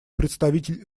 представитель